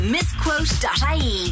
Misquote.ie